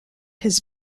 has